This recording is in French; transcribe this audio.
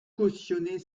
cautionner